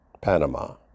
Panama